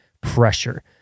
pressure